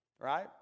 right